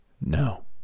No